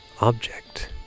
object